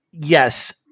Yes